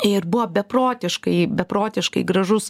ir buvo beprotiškai beprotiškai gražus